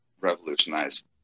revolutionized